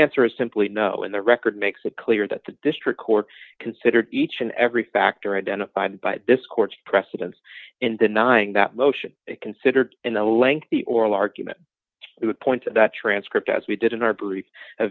answer is simply no in the record makes it clear that the district court considered each and every factor identified by this court's precedents in denying that motion considered in the lengthy oral argument we would point to that transcript as we did in our